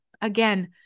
Again